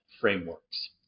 frameworks